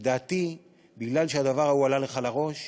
לדעתי, מפני שהדבר ההוא עלה לך לראש,